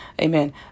amen